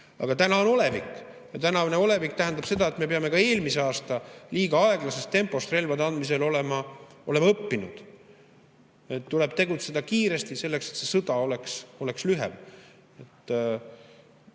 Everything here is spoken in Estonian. Aga täna on olevik. Tänavune olevik tähendab seda, et me peame ka eelmise aasta liiga aeglasest tempost relvade andmisel olema õppinud. Tuleb tegutseda kiiresti, selleks et see sõda oleks lühem.